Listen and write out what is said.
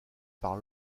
par